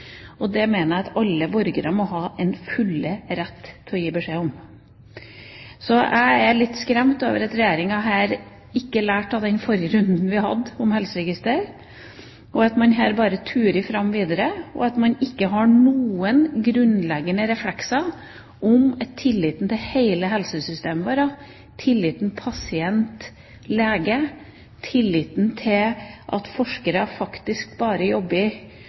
Det mener jeg at alle borgere må ha den fulle rett til å gi beskjed om. Så jeg er litt skremt over at Regjeringa ikke lærte av den forrige runden vi hadde om helseregister, at man her bare turer fram, og at man ikke har noen grunnleggende reflekser når det gjelder tilliten til hele helsesystemet vårt, tilliten pasient–lege, tilliten til at forskere faktisk bare jobber